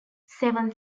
seven